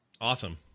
Awesome